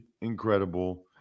incredible